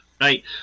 right